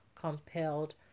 compelled